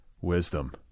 wisdom